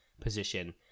position